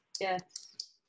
Yes